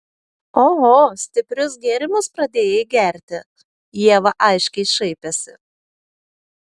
oho stiprius gėrimus pradėjai gerti ieva aiškiai šaipėsi